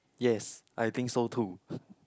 yes I think so too